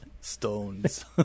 stones